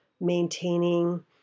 maintaining